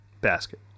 Basket